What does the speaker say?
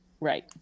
right